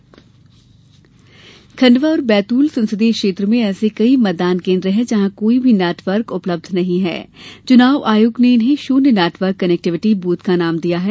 शुन्य network booth Khandwa और बैतूल संसदीय क्षेत्रों में ऐसे कई मतदान केन्द्र हैं जहाँ कोई भी नेटवर्क उपलब्ध नहीं हैं चुनाव आयोग ने इन्हें शुन्य नेटवर्क कनेक्टिविटी बूथ नाम दिया है